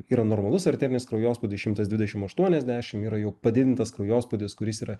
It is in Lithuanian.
yra normalus arterinis kraujospūdis šimtas dvidešim aštuoniasdešim yra jau padidintas kraujospūdis kuris yra